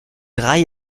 drei